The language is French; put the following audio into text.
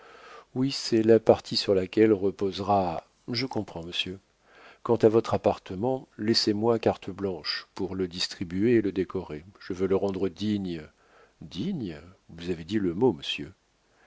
oui c'est la partie sur laquelle reposera je comprends monsieur quant à votre appartement laissez-moi carte blanche pour le distribuer et le décorer je veux le rendre digne digne vous avez dit le mot